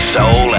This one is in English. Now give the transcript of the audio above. Soul